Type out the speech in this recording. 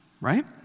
Right